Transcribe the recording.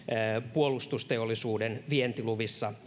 puolustusteollisuuden vientiluvissa